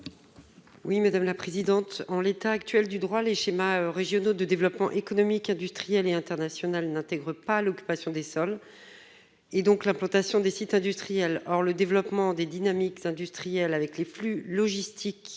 Mme Vanina Paoli-Gagin. En l'état actuel du droit, les schémas régionaux de développement économique, d'innovation et d'internationalisation n'intègrent ni l'occupation des sols ni l'implantation des sites industriels. Or le développement des dynamiques industrielles, avec les flux logistiques